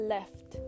Left